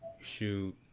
shoot